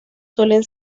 suelen